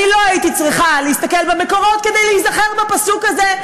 אני לא הייתי צריכה להסתכל במקורות כדי להיזכר בפסוק הזה,